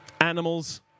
Animals